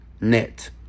Net